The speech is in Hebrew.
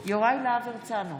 יוראי להב הרצנו,